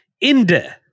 Inde